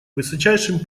высочайшим